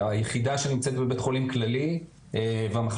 היחידה שנמצאת בבית חולים כללי והמחלקה